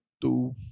two